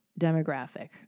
demographic